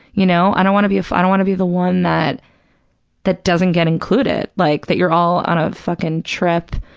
you know, i don't want to be a f, i don't want to be the one that that doesn't get included, like that you're all on a fucking trip.